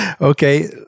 Okay